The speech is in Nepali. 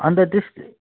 अनि त त्यस